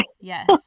yes